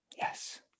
Yes